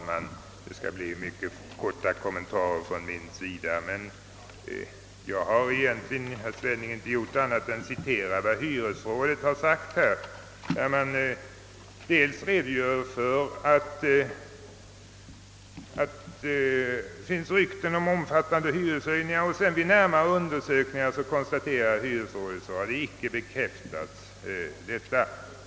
Herr talman! Jag har egentligen inte gjort annat än citerat vad hyresrådet yttrat när rådet dels redogör för de rykten som förekommit om oskäliga hyres höjningar och dels efter närmare undersökningar konstaterat att ryktena inte kan bekräftas.